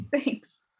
Thanks